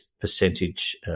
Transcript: percentage